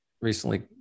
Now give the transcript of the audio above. recently